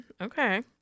okay